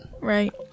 Right